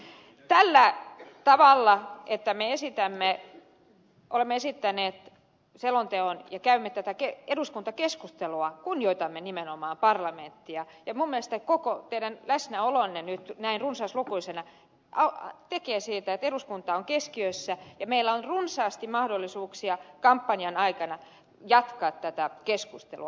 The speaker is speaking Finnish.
tällä tavalla että me olemme esittäneet selonteon ja käymme tätä eduskuntakeskustelua kunnioitamme nimenomaan parlamenttia ja minun mielestäni koko teidän läsnäolonne nyt näin runsaslukuisena tekee sen että eduskunta on keskiössä ja meillä on runsaasti mahdollisuuksia kampanjan aikana jatkaa tätä keskustelua